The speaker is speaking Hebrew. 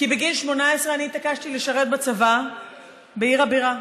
כי בגיל 18 אני התעקשתי לשרת בצבא בעיר הבירה,